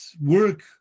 work